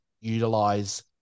utilize